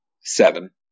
Seven